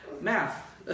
Math